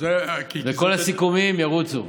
וכל הסיכומים ירוצו.